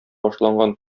башланган